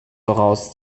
voraus